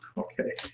okay,